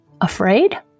Afraid